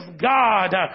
God